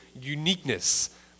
uniqueness